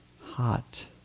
hot